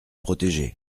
protéger